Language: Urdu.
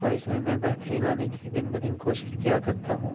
اور اس میں میں بہتری لانے کی دن بدن کوشش کیا کرتا ہوں